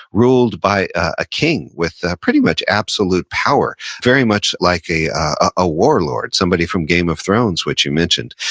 ruled by a king with pretty much absolute power, very much like a a warlord, somebody from game of thrones, which you mentioned.